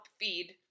feed